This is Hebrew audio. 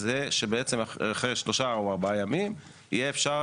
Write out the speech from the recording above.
זה שבעצם אחרי שלושה או ארבעה ימים יהיה אפשר